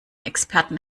experten